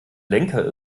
lenker